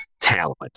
talent